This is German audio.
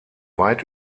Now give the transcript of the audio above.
weit